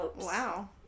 Wow